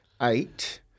eight